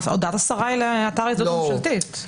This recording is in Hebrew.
הודעת השרה היא לאתר הזדהות ממשלתית.